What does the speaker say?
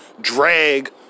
drag